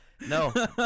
No